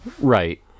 Right